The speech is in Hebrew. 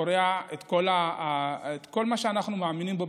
קורע את כל מה שאנחנו מאמינים בו,